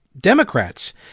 Democrats